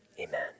Amen